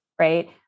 right